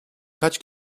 kaç